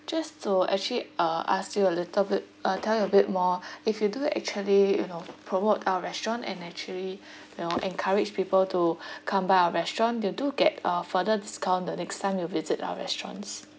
just to actually uh ask you a little bit uh tell you a bit more if you do actually you know promote our restaurant and actually you know encourage people to come by our restaurant you do get a further discount the next time you visit our restaurants